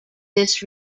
this